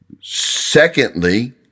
Secondly